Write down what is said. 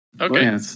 Okay